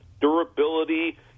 durability